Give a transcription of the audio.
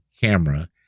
camera